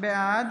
בעד